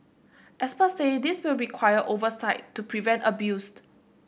experts say this will require oversight to prevent abused